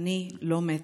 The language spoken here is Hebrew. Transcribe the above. אני לא מתה,